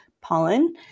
pollen